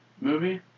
movie